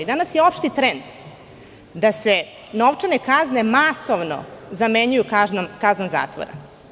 Danas je opšti trend da se novčane kazne masovno zamenjuju kaznom zatvora.